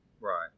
Right